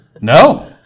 No